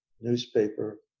newspaper